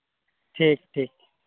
ᱴᱷᱤᱠ ᱴᱷᱤᱠ